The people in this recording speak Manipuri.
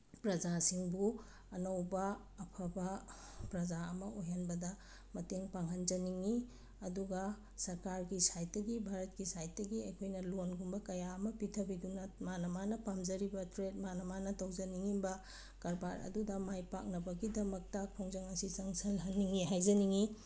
ꯄ꯭ꯔꯖꯥꯁꯤꯡꯕꯨ ꯑꯅꯧꯕ ꯑꯐꯕ ꯄ꯭ꯔꯖꯥ ꯑꯃ ꯑꯣꯏꯍꯟꯕꯗ ꯃꯇꯦꯡ ꯄꯥꯡꯍꯟꯖꯅꯤꯡꯉꯤ ꯑꯗꯨꯒ ꯁꯔꯀꯥꯔꯒꯤ ꯁꯥꯏꯠꯇꯒꯤ ꯚꯥꯔꯠꯀꯤ ꯁꯥꯏꯠꯇꯒꯤ ꯑꯩꯈꯣꯏꯅ ꯂꯣꯟꯒꯨꯝꯕ ꯀꯌꯥ ꯑꯃ ꯄꯤꯊꯕꯤꯗꯨꯅ ꯃꯥꯅ ꯃꯥꯅ ꯄꯥꯝꯖꯔꯤꯕ ꯇ꯭ꯔꯦꯠ ꯃꯥꯅ ꯃꯥꯅ ꯇꯧꯖꯅꯤꯡꯉꯤꯕ ꯀꯔꯕꯥꯔ ꯑꯗꯨꯗ ꯃꯥꯏ ꯄꯥꯛꯅꯕꯒꯤꯗꯃꯛꯇ ꯈꯣꯡꯖꯪ ꯑꯁꯤ ꯆꯪꯁꯤꯜꯍꯟꯅꯤꯡꯉꯤ ꯍꯥꯏꯖꯅꯤꯡꯉꯤ